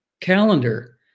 calendar